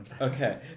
Okay